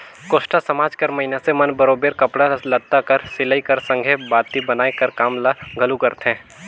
कोस्टा समाज कर मइनसे मन बरोबेर कपड़ा लत्ता कर सिलई कर संघे बाती बनाए कर काम ल घलो करथे